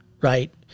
right